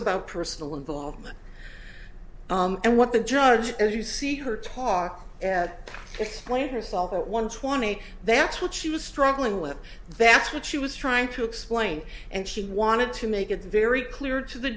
about personal involvement and what the judge as you see her talk explain herself at one twenty they had what she was struggling with that's what she was trying to explain and she wanted to make it very clear to the